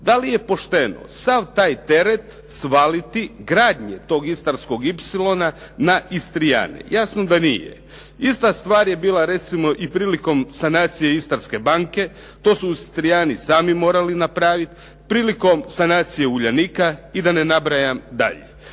da li je pošteno sav taj teret svaliti gradnji tog Istarskog ipsilona na Istrijane. Jasno da nije. Ista stvar je bila recimo i prilikom sanacije Istarske banke, to su Istrijani sami morali napraviti. Prilikom sanacije Uljanika i da ne nabrajam dalje.